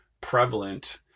prevalent